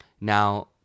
Now